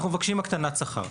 אנו מבקשים הקטנת שכר,